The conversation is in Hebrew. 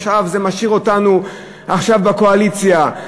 שזה משאיר אותנו עכשיו בקואליציה.